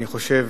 אני חושב